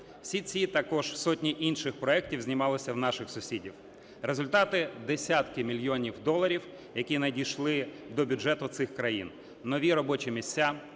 Всі ці, а також сотні інших проектів знімалися в наших сусідів, результати, десятки мільйонів доларів, які надійшли до бюджету цих країн, нові робочі місця,